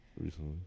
recently